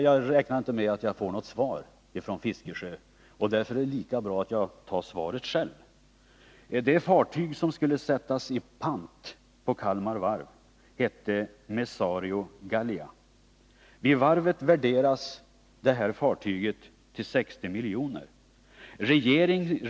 Jag räknar inte med att få något svar av Bertil Fiskesjö, och därför är det lika bra att jag svarar själv. Det fartyg som skulle sättas i pant på Kalmar Varv hette Nessario Gallia. På varvet värderades det till 60 milj.kr.